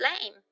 flame